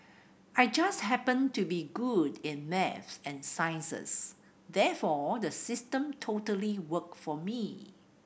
I just happened to be good in maths and sciences therefore the system totally worked for me